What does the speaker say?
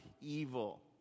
evil